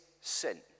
sin